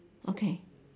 okay